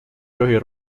tohi